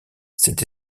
cette